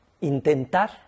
intentar